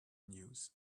news